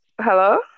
Hello